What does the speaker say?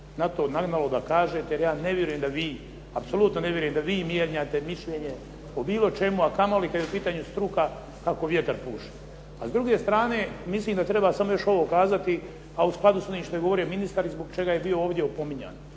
to nagnalo da kažete, jer ja ne vjerujem da vi apsolutno ne vjerujete, vi mijenjate mišljenje o bilo čemu, a kamoli kad je u pitanju struka kako vjetar puše. A s druge strane mislim da treba samo još ovo kazati, a u skladu s onim što je govorio ministar i zbog čega je bio ovdje opominjan.